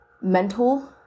mental